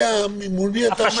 מול מי אתה עובד?